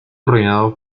reinado